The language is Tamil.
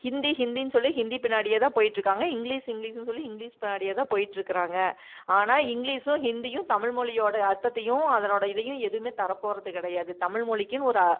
ஹிந்தி ஹிந்தின்னு சொல்லி ஹிந்தி பின்னாடியே தான் போயிட்டுருக்காங்க இங்கிலிஷ் இங்கிலிஷ்னு சொல்லி இங்கிலிஷ் பின்னாடியே தான் போயிட்டுருக்கிறாங்க ஆனால் இங்கிலிஷும் ஹிந்தியும் தமிழ்மொழியோடய அர்த்தத்தையும் அதனோடய இதையும் எதுவும் தர போகிறது கிடையாது தமிழ் மொழிக்கின்னு ஒரு அ